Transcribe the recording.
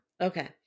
Okay